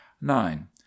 nine